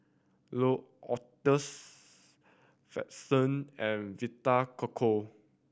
L'Occitane Frixion and Vita Coco